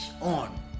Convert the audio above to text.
on